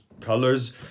colors